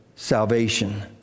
Salvation